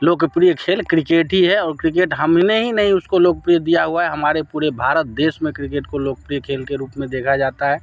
लोकप्रिय खेल क्रिकेट ही है और क्रिकेट हमने ही नहीं उसको लोकप्रिय दिया हुआ है हमारे पूरे भारत देश में क्रिकेट को लोकप्रिय खेल के रूप में देखा जाता है